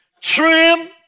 trim